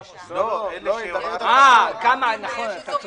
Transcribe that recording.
515. לא --- נכון, אתה צודק.